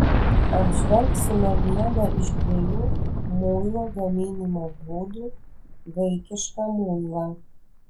apžvelgsime vieną iš dviejų muilo gaminimo būdų vaikišką muilą